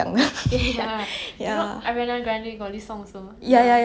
oh my god my wishes sound damn superficial compared to yours leh